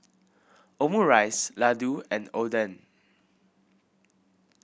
Omurice Ladoo and Oden